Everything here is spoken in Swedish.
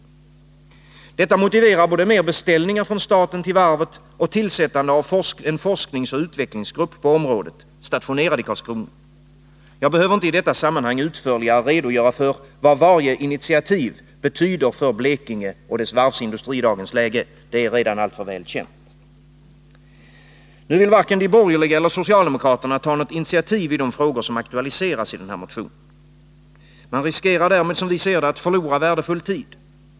Detta motiverar både mer beställningar från staten till varvet och tillsättande av en forskningsoch utvecklingsgrupp på området, stationerad i Karlskrona. Jag behöver inte i detta sammanhang utförligare redogöra för vad varje initiativ betyder för Blekinge och dess varvsindustri i dagens läge. Det är redan alltför väl känt. Nu vill varken de borgerliga eller socialdemokraterna ta något initiativ i de frågor som aktualiseras i motionen. Man riskerar därmed, som vi ser det, att förlora värdefull tid.